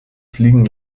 fliegen